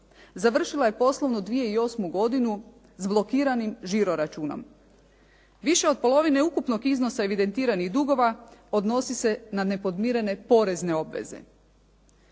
završila je poslovnu 2008. godinu s blokiranim žiroračunom. Više od polovine ukupnog iznosa evidentiranih dugova odnosi se na nepodmirene porezne obveze.